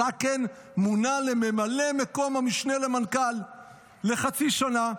אז בן זקן מונה לממלא מקום המשנה למנכ"ל לחצי שנה,